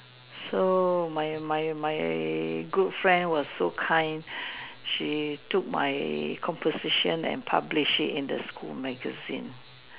so my my my good friend was so kind she took my composition and publish it in the school magazine